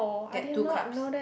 get two cups